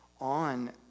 on